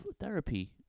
therapy